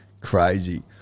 Crazy